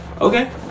Okay